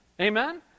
Amen